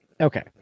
Okay